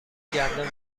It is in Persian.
گندم